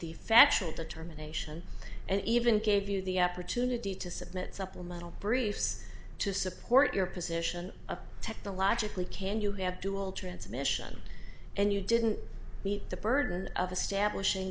the factual determination and even gave you the opportunity to submit supplemental briefs to support your position a technologically can you have dual transmission and you didn't meet the burden of establishing